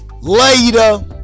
Later